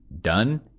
done